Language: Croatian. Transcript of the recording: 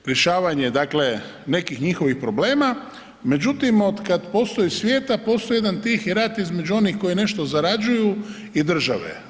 Rješavanje dakle nekih njihovih problema, međutim otkad postoji svijeta postoji jedan tih rat između onih koji nešto zarađuju i države.